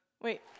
wait